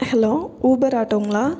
hello Uber ஆட்டோங்ளா